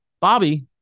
Bobby